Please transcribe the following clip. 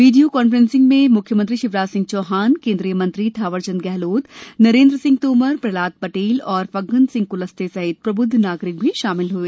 वीडियों conferencing में मुख्यमंत्री शिवराज सिंह चौहान केंद्रीय मंत्री थावरचंद गहलोत नरेंद्र सिंह तोमर प्रहलाद पटेल और फग्गन सिंह कुलस्ते सहित प्रबुद्व नागरिक भी शामिल हुए